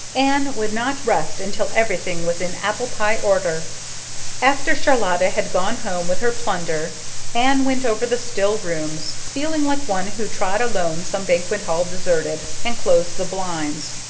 anne would not rest until everything was in apple-pie order after charlotta had gone home with her plunder anne went over the still rooms, feeling like one who trod alone some banquet hall deserted, and closed the blinds.